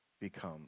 become